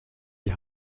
die